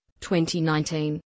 2019